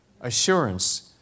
Assurance